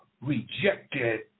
rejected